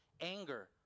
anger